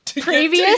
previous